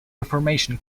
reformation